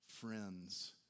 friends